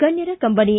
ಗಣ್ಯರ ಕಂಬನಿ